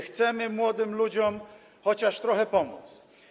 Chcemy młodym ludziom chociaż trochę pomóc.